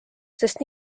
sest